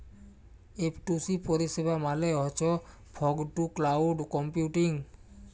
F two C পরিষেবা মালে হছ ফগ টু ক্লাউড কম্পিউটিং